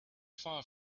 far